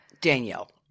danielle